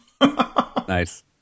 Nice